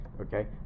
Okay